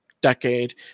decade